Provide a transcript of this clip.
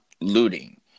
looting